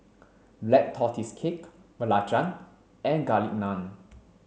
black tortoise cake belacan and garlic naan